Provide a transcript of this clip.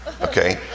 Okay